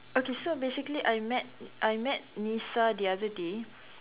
okay so basically I met I met Nisa the other day